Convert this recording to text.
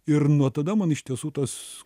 ir nuo tada man iš tiesų tas